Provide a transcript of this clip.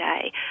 today